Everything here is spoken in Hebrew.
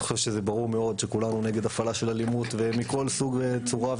אני חושב שזה ברור מאוד שכולנו נגד הפעלה של אלימות מכל סוג וצורה,